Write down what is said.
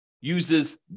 uses